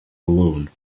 alone